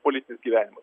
politinis gyvenimas